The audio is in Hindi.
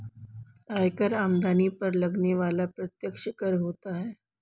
आयकर आमदनी पर लगने वाला प्रत्यक्ष कर होता है